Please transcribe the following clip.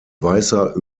weißer